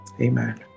amen